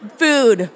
food